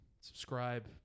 subscribe